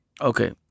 Okay